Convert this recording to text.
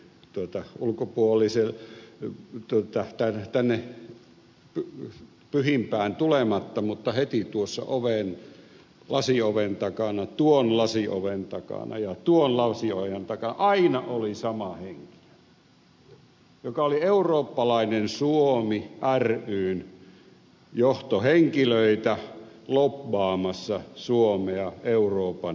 täällä samassa talossa tänne pyhimpään tulematta mutta heti tuossa lasioven takana tuon lasioven takana ja tuon lasioven takana aina oli sama henkilö joka oli eurooppalainen suomi ryn johtohenkilöitä lobbaamassa suomea euroopan yhteisön jäseneksi